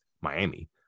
Miami